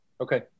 Okay